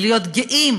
ולהיות גאים